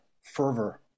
fervor